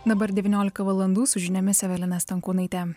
dabar devyniolika valandų su žiniomis evelina stankūnaitė